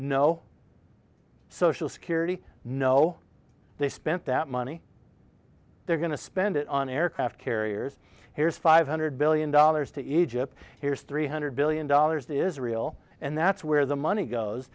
say no social security no they spent that money they're going to spend it on aircraft carriers here's five hundred billion dollars to egypt here's three hundred billion dollars that israel and that's where the money goes